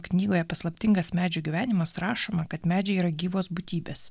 knygoje paslaptingas medžių gyvenimas rašoma kad medžiai yra gyvos būtybės